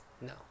No